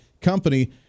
company